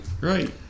right